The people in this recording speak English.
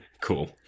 Cool